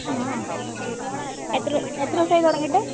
ആ എത്ര എത്ര ദിവസമായി തുടങ്ങിയിട്ട്